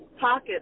pocket